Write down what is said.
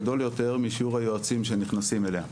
גדול יותר משיעור היועצים שנכנסים אליה.